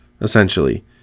essentially